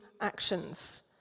actions